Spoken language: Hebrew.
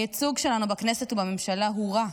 הייצוג שלנו בכנסת ובממשלה הורע.